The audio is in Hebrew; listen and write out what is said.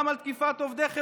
גם על תקיפת עובדי חירום.